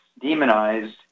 demonized